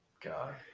God